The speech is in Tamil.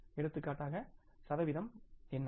எடுத்துக்காட்டாக சதவீதம் என்ன